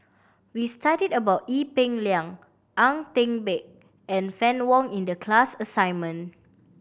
we studied about Ee Peng Liang Ang Teck Bee and Fann Wong in the class assignment